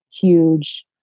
huge